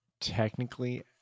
technically